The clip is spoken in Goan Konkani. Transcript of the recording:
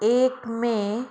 एक मे